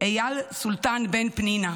אייל סולטן בן פנינה,